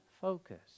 focus